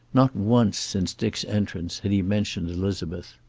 not once, since dick's entrance, had he mentioned elizabeth.